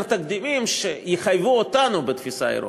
תקדימים שיחייבו אותנו בתפיסה האירופית,